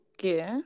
Okay